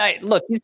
look